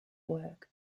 work